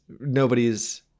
nobody's –